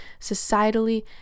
societally